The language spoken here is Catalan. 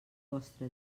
vostre